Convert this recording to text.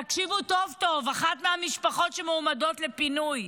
תקשיבו טוב-טוב, אחת מהמשפחות שמועמדות לפינוי,